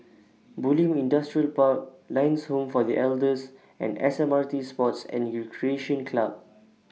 Bulim Industrial Park Lions Home For The Elders and S M R T Sports and Recreation Club